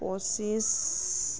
পঁচিছ